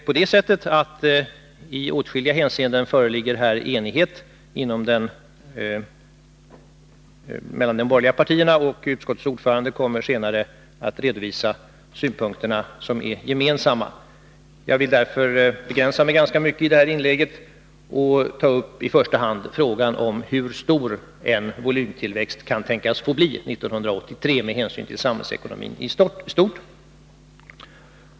I åtskilliga hänseenden föreligger det enighet mellan de borgerliga partierna, och utskottets ordförande kommer senare att redovisa de synpunkter som är gemensamma. Jag vill därför begränsa mig ganska mycket i det här inlägget och ta upp första hand frågan om hur stor en volymtillväxt kan tänkas få bli 1983 med hänsyn till samhällsekonomin i stort.